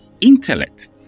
intellect